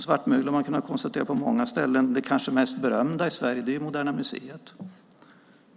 Svartmögel har man kunnat konstatera på många ställen. Det kanske mest berömda i Sverige är Moderna Museet.